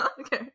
okay